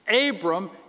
Abram